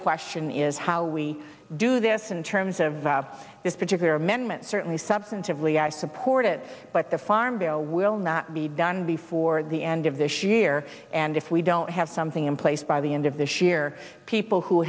question is how we do this in terms of this particular amendment certainly substantively i support it but the farm bill will not be done before the end of this year and if we don't have something in place by the end of this year people who